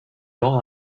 all